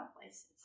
places